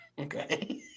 Okay